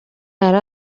yari